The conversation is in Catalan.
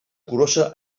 curosa